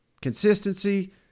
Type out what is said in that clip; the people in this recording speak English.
consistency